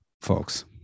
folks